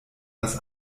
das